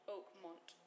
Oakmont